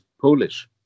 Polish